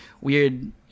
weird